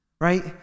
right